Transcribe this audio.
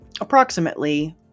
approximately